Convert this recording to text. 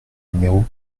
numéro